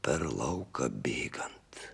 per lauką bėgant